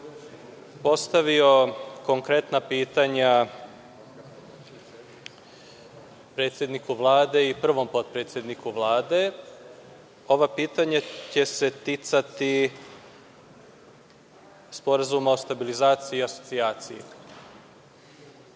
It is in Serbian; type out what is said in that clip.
postavio konkretna pitanja predsedniku Vlade i prvom potpredsedniku Vlade. Ovo pitanje će se ticati Sporazuma o stabilizaciji i asocijaciji. Znam